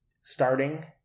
starting